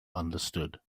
understood